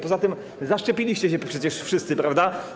Poza tym zaszczepiliście się przecież wszyscy, prawda?